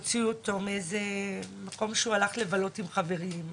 באיזה מקום שהוא הלך לבלות עם חברים,